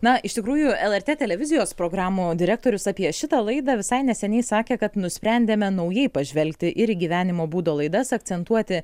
na iš tikrųjų lrt televizijos programų direktorius apie šitą laidą visai neseniai sakė kad nusprendėme naujai pažvelgti ir į gyvenimo būdo laidas akcentuoti